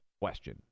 question